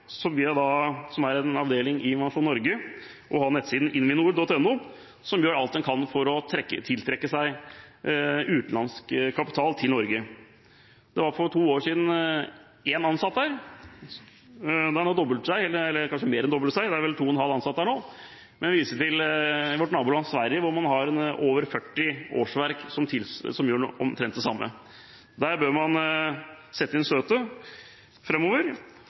som er en avdeling i Innovasjon Norge og har nettsiden invinor.no, som gjør alt den kan for å tiltrekke seg utenlandsk kapital til Norge. Det var for to år siden én ansatt der. Det har nå doblet seg – eller kanskje mer enn doblet seg, det er vel 2,5 ansatte der nå. Men jeg vil vise til vårt naboland Sverige, hvor man har over 40 årsverk som gjør omtrent det samme. Der bør man sette inn støtet framover.